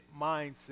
mindset